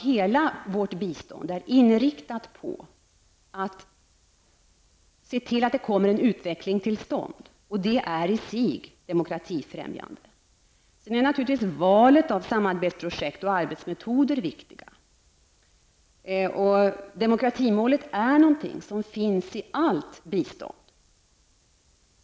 Hela vårt bistånd är inriktat på att man skall få en utveckling till stånd. Detta är i sig demokratifrämjande. Vidare är naturligtvis valet av samarbetsprojekt och arbetsmetoder viktigt. Demokratimålet finns med i allt bistånd.